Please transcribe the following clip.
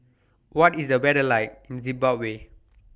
What IS The weather like in Zimbabwe